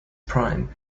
prime